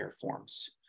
forms